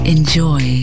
Enjoy